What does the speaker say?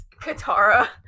Katara